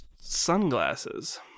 sunglasses